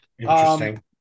Interesting